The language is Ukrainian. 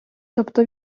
тобто